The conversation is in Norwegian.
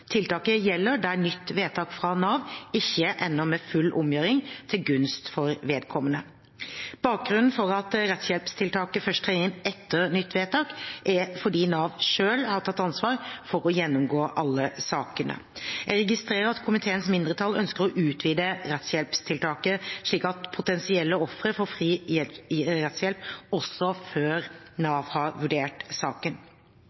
Tiltaket gjelder der nytt vedtak fra Nav ikke ender med full omgjøring til gunst for vedkommende. Bakgrunnen for at rettshjelpstiltaket først trer inn etter nytt vedtak, er at Nav selv har tatt ansvar for å gjennomgå alle sakene. Jeg registrerer at komiteens mindretall ønsker å utvide rettshjelpstiltaket slik at potensielle ofre får fri rettshjelp også før